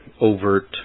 overt